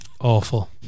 Awful